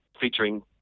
featuring